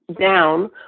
down